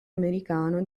americano